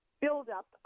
buildup